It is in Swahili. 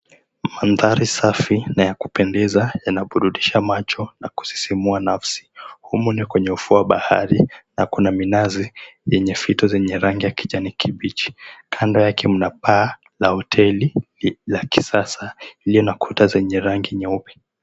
Mandhari safi na yakupendeza yanaburudisha macho na kusisimua nafasi, humu ni kwenye ufuo wa bahari na kuna minazi yenye fito zenye rangi ya kijani kibichi kando yake mna paa la hoteli la kisasa lina kuta zenye rangi nyeupe.